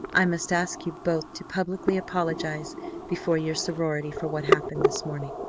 i must ask you both to publicly apologize before your sorority for what happened this morning.